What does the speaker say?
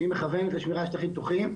היא מכוונת לשמירה על שטחים פתוחים.